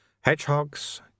hedgehogs